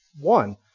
one